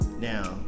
Now